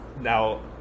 now